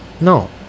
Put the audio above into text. No